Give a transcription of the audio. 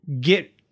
get